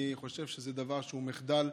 אני חושב שזה דבר שהוא מחדל.